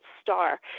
star